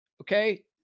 okay